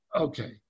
Okay